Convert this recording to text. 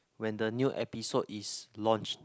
when the new episode is launched